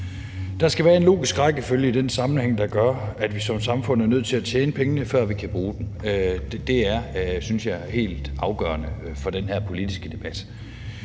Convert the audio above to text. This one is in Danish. Der skal være en logisk rækkefølge i den sammenhæng, der gør, at vi som samfund er nødt til at tjene pengene, før vi kan bruge dem. Det er, synes jeg, helt afgørende for den her politiske debat.